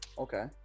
okay